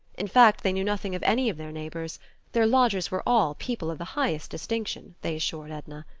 in fact, they knew nothing of any of their neighbors their lodgers were all people of the highest distinction, they assured edna.